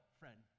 friend